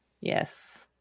yes